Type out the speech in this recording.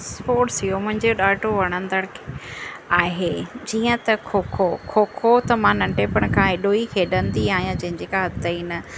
sports इहो मुंहिंजो ॾाढो वणंदड़ु आहे जीअं त खोखो खोखो त मां नंढपणु खां एॾो ई खेॾंदी आहियां जंहिंजी का हद ई न